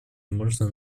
можно